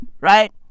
Right